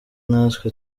natwe